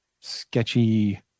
Sketchy